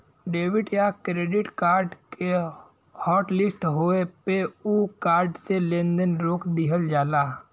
debit या credit card के hotlist होये पे उ कार्ड से लेन देन रोक दिहल जाला